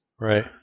Right